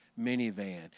minivan